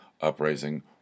Uprising